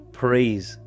praise